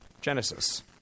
Genesis